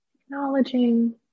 acknowledging